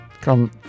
Come